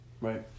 Right